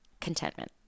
contentment